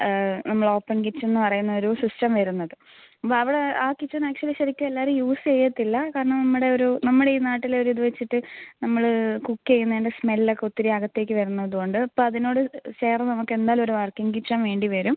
നമ്മൾ open kitchen എന്നു പറയുന്നൊരു സിസ്റ്റം വരുന്നത് അപ്പോൾ അവിടെ ആ കിച്ചൻ ആക്ച്വലി ശരിക്കും എല്ലാവരും യൂസ് ചെയ്യത്തില്ല കാരണം നമ്മുടെ ഒരു നമ്മുടെ ഈ നാട്ടിലൊരു ഇത് വച്ചിട്ട് നമ്മൾ കുക്ക് ചെയ്യുന്നതിൻ്റെ സ്മെല്ലൊക്കെ ഒത്തിരി അകത്തേക്ക് വരുന്നതുകൊണ്ട് ഇപ്പോൾ അതിനോട് ചേർന്ന് നമുക്ക് എന്തായാലും ഒരു വർക്കിംഗ് കിച്ചൻ വേണ്ടി വരും